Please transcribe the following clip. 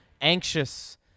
anxious